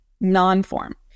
non-form